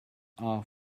are